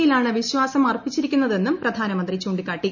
യിലാണ് വിശ്വാസം അർപ്പിച്ചിരിക്കുന്നതെന്നും പ്രധാനമന്ത്രി ചൂണ്ടിക്കാട്ടി